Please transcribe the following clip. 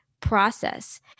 process